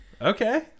Okay